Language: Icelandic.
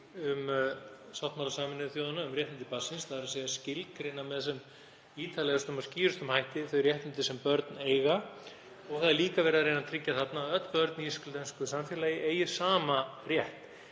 í sáttmála Sameinuðu þjóðanna um réttindi barnsins, þ.e. að skilgreina með sem ítarlegustum og skýrustum hætti þau réttindi sem börn eiga. Það er líka verið að reyna að tryggja þarna að öll börn í íslensku samfélagi eigi sama rétt.